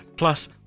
Plus